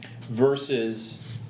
Versus